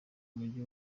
umujyi